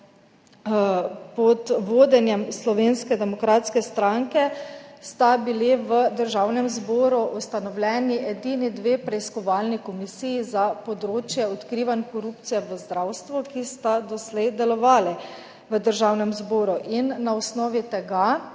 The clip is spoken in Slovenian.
pod vodenjem Slovenske demokratske stranke v Državnem zboru ustanovljeni edini dve preiskovalni komisiji za področje odkrivanj korupcije v zdravstvu, ki sta doslej delovali v Državnem zboru. Na osnovi tega